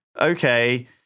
okay